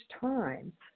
time